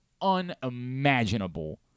unimaginable